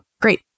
Great